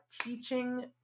teaching